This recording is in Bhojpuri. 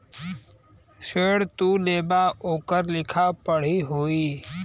ऋण तू लेबा ओकर लिखा पढ़ी होई